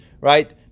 Right